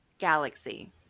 galaxy